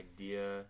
idea